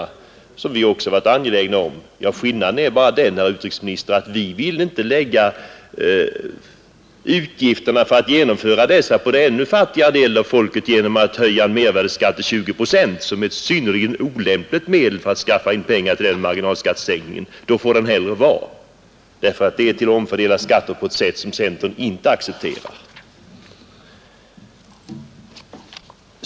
Dessa har vi också varit angelägna om — skillnaden är bara den, herr utrikesminister, att vi inte vill lägga utgifterna för att genomföra dem på den ännu fattigare delen av folket genom att höja mervärdeskatten till 20 procent. Det anser vi vara ett synnerligen olämpligt medel att skaffa in pengar till marginalskattesänkningen. Då får den hellre vara. Regeringens förslag innebär ett sätt att omfördela skatter som centern inte accepterar.